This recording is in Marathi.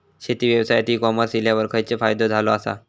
शेती व्यवसायात ई कॉमर्स इल्यावर खयचो फायदो झालो आसा?